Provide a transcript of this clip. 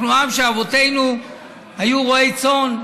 אנחנו עם שאבותיו היו רועי צאן,